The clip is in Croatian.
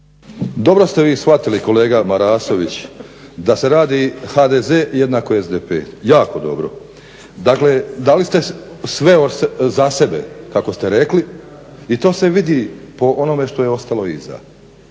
Dobro ste vi shvatili kolega Marasović da se radi HDZ=SDP, jako dobro. Dakle dali ste sve za sebe kako ste rekli i to se vidi po onome što je ostalo iza.